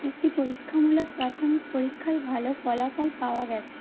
একটি পরীক্ষামূলক প্রাথমিক পরীক্ষায় ভালো ফলাফল পাওয়া গেছে